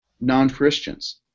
non-Christians